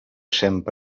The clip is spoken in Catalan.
sempre